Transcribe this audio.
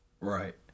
Right